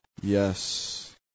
yes